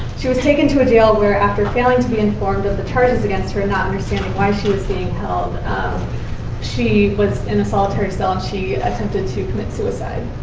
she was taken to a jail where, after failing to be informed of the charges against her not understanding why she was being held um she was in a solitary cell, and she attempted to commit suicide.